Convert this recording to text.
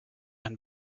ein